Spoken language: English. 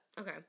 okay